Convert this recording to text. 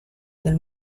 del